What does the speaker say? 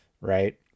right